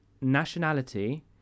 nationality